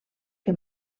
que